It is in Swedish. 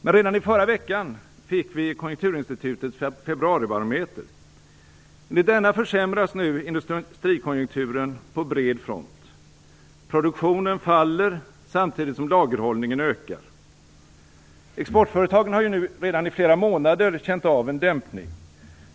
Men redan i förra veckan fick vi Konjunkturinstitutets februaribarometer. Enligt denna försämras nu industrikonjunkturen på bred front. Produktionen faller, samtidigt som lagerhållningen ökar. Exportföretagen har ju redan i flera månader känt av en dämpning.